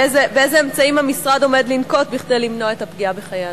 אילו אמצעים המשרד עומד לנקוט כדי למנוע את הפגיעה בחיי אדם?